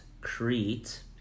Crete